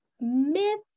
Myth